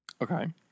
Okay